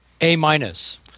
A-minus